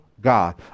God